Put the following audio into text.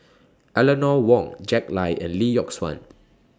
Eleanor Wong Jack Lai and Lee Yock Suan